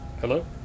Hello